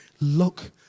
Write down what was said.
Look